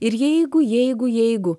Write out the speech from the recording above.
ir jeigu jeigu jeigu